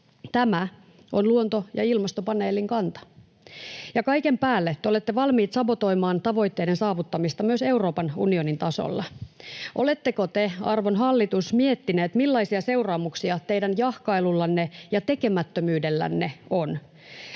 tämä on Luontopaneelin ja Ilmastopaneelin kanta. Ja kaiken päälle te olette valmiit sabotoimaan tavoitteiden saavuttamista myös Euroopan unionin tasolla. Oletteko te, arvon hallitus, miettineet, millaisia seuraamuksia teidän jahkailullanne ja tekemättömyydellänne on?